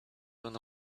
wanna